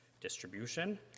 distribution